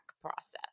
process